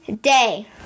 Day